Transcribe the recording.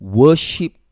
worship